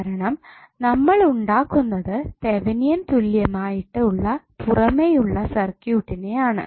കാരണം നമ്മൾ ഉണ്ടാക്കുന്നത് തെവെനിൻ തുല്യമായിട്ട് ഉള്ള പുറമേയുള്ള സർക്യൂട്ട്നെ ആണ്